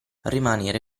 rimanere